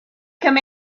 come